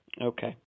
Okay